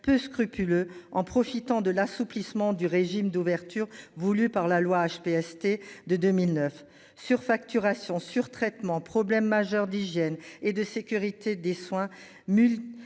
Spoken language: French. peu scrupuleux en profitant de l'assouplissement du régime d'ouverture voulue par la loi HPST de 2009 surfacturation sur traitement problème majeur d'hygiène et de sécurité des soins.